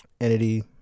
entity